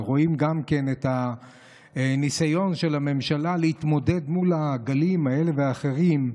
ורואים גם את הניסיון של הממשלה להתמודד מול הגלים האלה והאחרים.